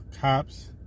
cops